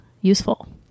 useful